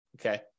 okay